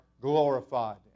glorified